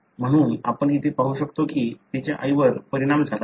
म्हणून आपण इथे पाहू शकतो की तिच्या आईवर परिणाम झाला आहे